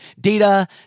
data